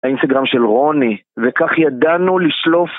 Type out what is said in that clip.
האינסטגרם של רוני וכך ידענו לשלוף